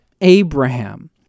Abraham